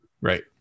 Right